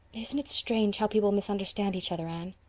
isn't it strange how people misunderstand each other, anne?